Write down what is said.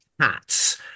Cats